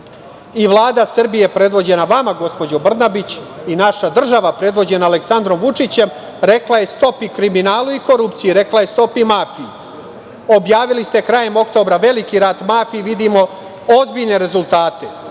Vlada Srbije predvođena vama gospođo Brnabić i naša država predvođena Aleksandrom Vučićem, rekla je stop i kriminalu i korupciji. Rekla je stop i mafiji. Objavili ste krajem oktobra veliki rat mafiji. Vidimo ozbiljne rezultate.